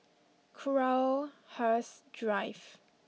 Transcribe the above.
Crowhurst Drive